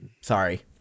Sorry